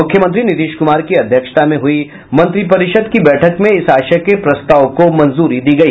मुख्यमंत्री नीतीश कुमार की अध्यक्षता में हुई मंत्रिपरिषद् की बैठक में इस आशय के प्रस्ताव को मंजूरी दी गई